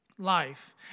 life